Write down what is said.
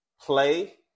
play